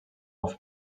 oft